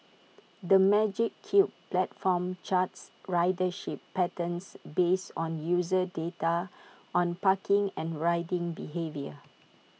the magic Cube platform charts ridership patterns based on user data on parking and riding behaviour